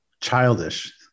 childish